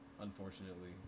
unfortunately